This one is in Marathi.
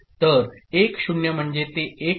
तर 1 0 म्हणजे ते 1 होते